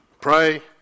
Pray